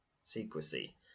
secrecy